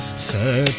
say